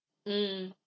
mm